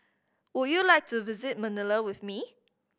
would you like to visit Manila with me